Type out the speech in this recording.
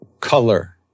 color